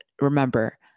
remember